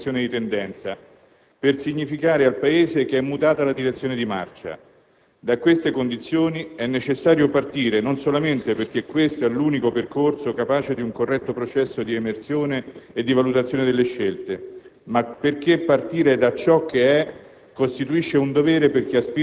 Ma da queste condizioni è necessario partire per segnare una visibile inversione di tendenza, per significare al Paese che è mutata la direzione di marcia. Da queste condizioni è necessario partire, non solamente perché questo è l'unico percorso capace di un corretto processo di emersione e di valutazione delle scelte,